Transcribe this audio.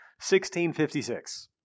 1656